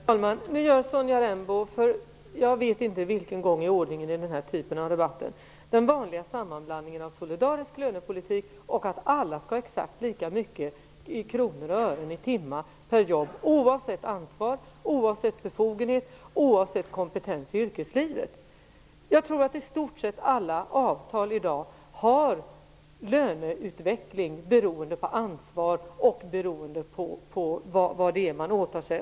Herr talman! Nu gör Sonja Rembo för jag vet inte vilken gång i ordningen i denna typ av debatter den vanliga sammanblandningen av solidarisk lönepolitik och uppfattningen att alla skall ha exakt lika mycket i kronor och ören i timmen för jobb oavsett ansvar, befogenheter och kompetens i yrkeslivet. Jag tror att i stort sett alla avtal i dag har löneutveckling beroende på ansvar och beroende på vad man åtar sig.